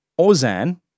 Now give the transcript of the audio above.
Ozan